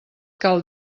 cal